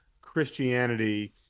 Christianity